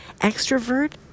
extrovert